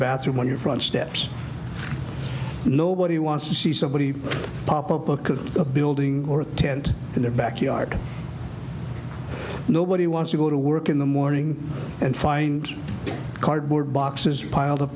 bathroom on your front steps nobody wants to see somebody pop up book of a building or a tent in the backyard nobody wants to go to work in the morning and find a cardboard boxes piled up